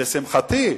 לשמחתי,